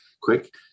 quick